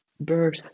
birth